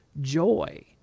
joy